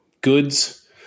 goods